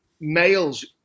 males